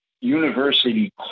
university